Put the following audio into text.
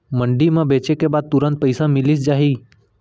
मंडी म बेचे के बाद तुरंत पइसा मिलिस जाही?